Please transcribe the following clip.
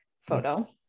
photo